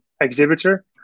exhibitor